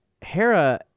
Hera